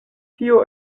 tio